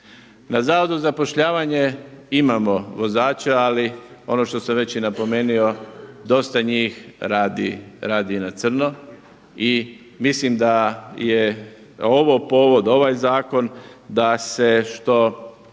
Na Zavodu za zapošljavanje imamo vozača ali ono što sam već i napomenuo dosta njih radi na crno i mislim da je ovo povod, ovaj zakon da se što